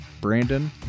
Brandon